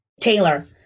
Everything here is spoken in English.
taylor